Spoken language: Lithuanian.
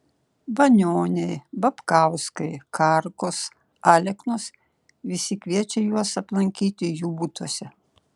banioniai babkauskai karkos aleknos visi kviečia juos aplankyti jų butuose